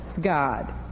God